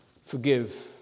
forgive